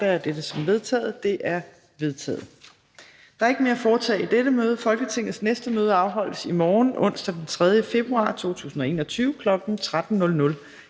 Der er ikke mere at foretage i dette møde. Folketingets næste møde afholdes i morgen, onsdag den 3. februar 2021, kl. 13.00.